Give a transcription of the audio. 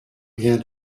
rien